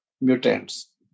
mutants